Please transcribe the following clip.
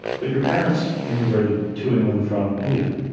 but your parents immigrated to england from india.